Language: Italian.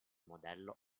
modello